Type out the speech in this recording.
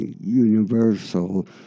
Universal